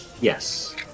Yes